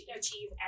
achieve